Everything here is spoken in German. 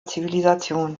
zivilisation